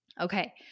okay